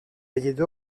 médaillée